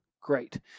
Great